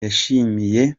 yashimiye